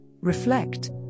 reflect